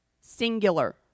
Singular